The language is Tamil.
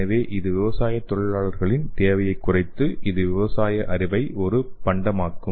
எனவே இது விவசாயத் தொழிலாளர்களின் தேவையைக் குறைத்து இது விவசாய அறிவை ஒரு பண்டமாக்கும்